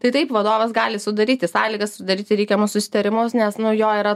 tai taip vadovas gali sudaryti sąlygas sudaryti reikiamus susitarimus nes nu jo yra